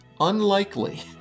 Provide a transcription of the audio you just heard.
unlikely